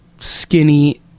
skinny